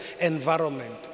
environment